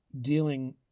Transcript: dealing